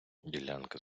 ділянка